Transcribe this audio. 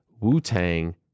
Wu-Tang